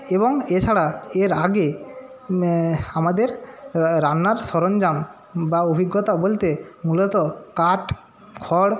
এবং এছাড়া এর আগে আমাদের রান্নার সরঞ্জাম বা অভিজ্ঞতা বলতে মূলত কাঠ খড়